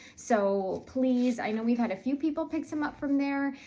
so please, i know we've had a few people pick some up from there.